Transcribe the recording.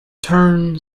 turn